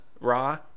Raw